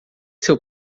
seu